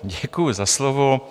Děkuji za slovo.